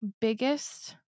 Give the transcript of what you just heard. biggest